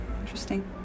interesting